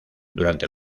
durante